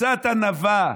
קצת ענווה,